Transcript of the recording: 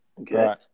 Okay